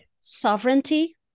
Sovereignty